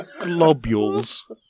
globules